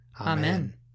Amen